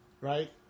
right